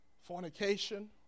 fornication